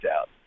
out